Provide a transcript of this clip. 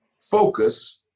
focus